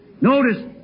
Notice